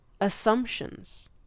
assumptions